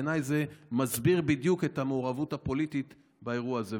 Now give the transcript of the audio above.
בעיניי זה מסביר בדיוק את המעורבות הפוליטית באירוע הזה.